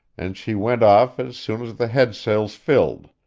and she went off as soon as the head-sails filled,